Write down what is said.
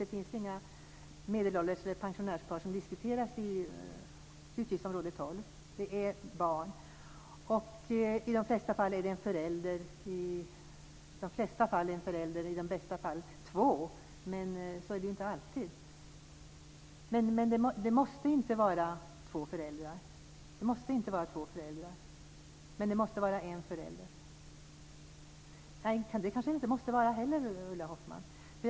Det diskuteras inga medelålders par eller pensionärspar under utgiftsområde I de flesta fall är det en förälder, i bästa fall två. Men så är det inte alltid. Det måste inte vara två föräldrar, men det måste vara en förälder. Men, det kanske det inte måste vara heller, Ulla Hoffmann.